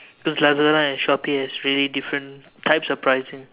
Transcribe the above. because Lazada and Shopee has really different types of pricing